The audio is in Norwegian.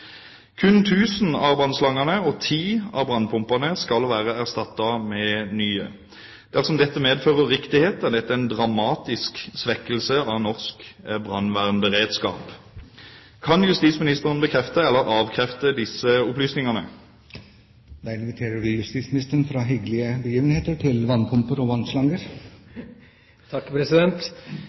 Kun 1 000 av brannslangene og 10 av brannpumpene skal være erstattet med nye. Dersom dette medfører riktighet, er dette en dramatisk svekkelse av norsk brannvernberedskap. Kan statsråden bekrefte eller avkrefte disse opplysningene?» Dermed inviterer vi justisministeren fra hyggelige begivenheter til vannpumper og vannslanger. Takk, president!